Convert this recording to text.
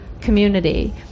community